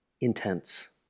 intense